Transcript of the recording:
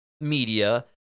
media